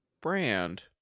brand